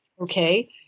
okay